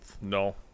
No